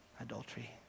adultery